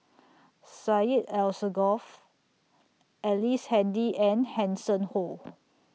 Syed Alsagoff Ellice Handy and Hanson Ho